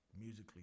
musically